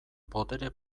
botere